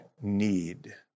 need